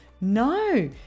No